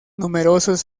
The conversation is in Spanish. numerosos